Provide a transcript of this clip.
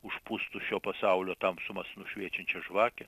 užpūstų šio pasaulio tamsumas nušviečiančią žvakę